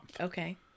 Okay